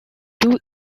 two